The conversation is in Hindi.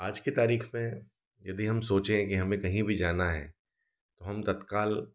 आज की तारीख़ में यदि हम सोचें कि हमें कहीं भी जाना है तो हम तत्काल